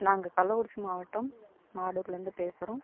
நாங்கள் கள்ளக்குறிச்சி மாவட்டம் மாடூர்லே இருந்து பேசுகிறோம்